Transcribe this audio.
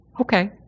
Okay